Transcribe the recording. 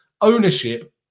ownership